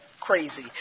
crazy